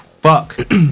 fuck